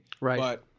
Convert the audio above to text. right